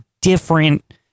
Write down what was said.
different